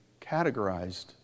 categorized